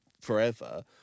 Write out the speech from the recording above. forever